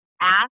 ask